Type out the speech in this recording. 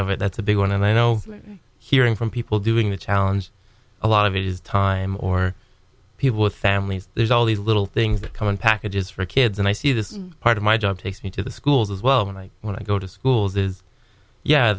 of it that's a big one and i know hearing from people doing the challenge a lot of it is time or people with families there's all these little things that come in packages for kids and i see this part of my job takes me to the schools as well when i when i go to schools is yeah